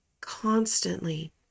constantly